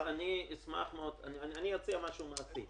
אני אעדכן את חברי הוועדה,